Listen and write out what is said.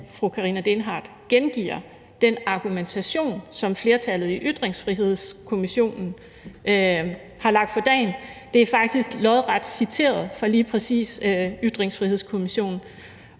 Lorentzen Dehnhardt gengiver den argumentation, som flertallet i Ytringsfrihedskommissionen har lagt for dagen. Det er faktisk ordret citeret fra lige præcis Ytringsfrihedskommissionens